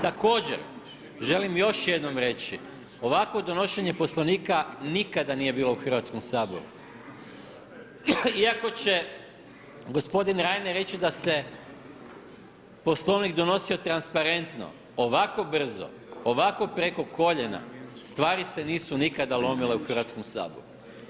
Također želim još jednom reći, ovako donošenje Poslovnika, nikada nije bilo u Hrvatskom saboru, Iako će gospodin Reiner reći, da se Poslovnik donosio transparentno, ovako brzo, ovako preko koljena stvari se nisu nikada lomile u Hrvatskom saboru.